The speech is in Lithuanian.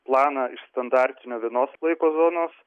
planą iš standartinio vienos laiko zonos